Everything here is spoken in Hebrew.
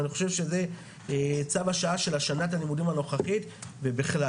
ואני חושב שזה צו השעה של שנת הלימודים הנוכחית ובכלל.